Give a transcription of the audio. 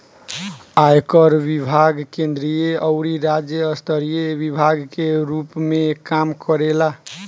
आयकर विभाग केंद्रीय अउरी राज्य स्तरीय विभाग के रूप में काम करेला